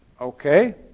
Okay